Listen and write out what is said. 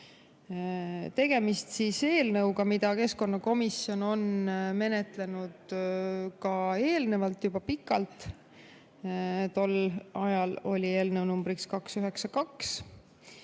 Tegemist on eelnõuga, mida keskkonnakomisjon on menetlenud eelnevalt juba pikalt. Varem oli eelnõu numbriks 292.